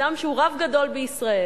אדם שהוא רב גדול בישראל,